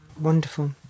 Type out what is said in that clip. wonderful